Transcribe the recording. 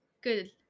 Good